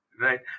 Right